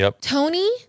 Tony